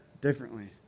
differently